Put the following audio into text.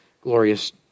glorious